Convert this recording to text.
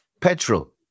petrol